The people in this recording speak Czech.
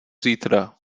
zítra